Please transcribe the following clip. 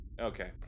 Okay